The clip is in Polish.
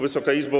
Wysoka Izbo!